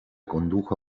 condujo